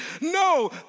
No